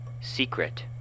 Secret